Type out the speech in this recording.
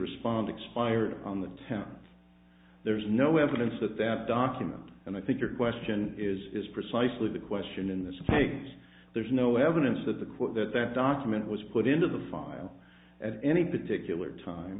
respond expires on the thames there's no evidence that that document and i think your question is is precisely the question in this case there's no evidence that the court that that document was put into the file at any particular time